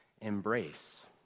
embrace